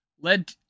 Led